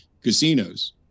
casinos